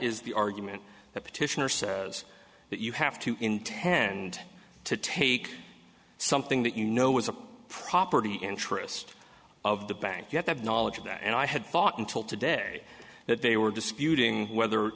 is the argument the petitioner says is that you have to intend to take something that you know was a property interest of the bank you have knowledge of that and i had thought until today that they were disputing whether